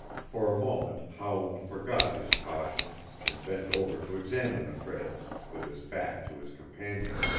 for a moment howland forgot his caution and bent over to examine the trails, with his back to his companion.